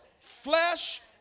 flesh